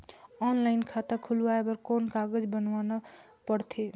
Online खाता खुलवाय बर कौन कागज बनवाना पड़थे?